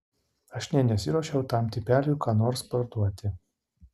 aš nė nesiruošiau tam tipeliui ką nors parduoti